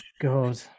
god